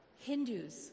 Hindus